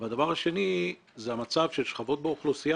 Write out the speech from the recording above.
והדבר השני הוא המצב של שכבות באוכלוסייה